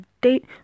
date